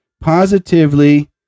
Positively